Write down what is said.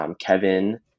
Kevin